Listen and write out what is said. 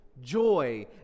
joy